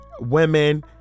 women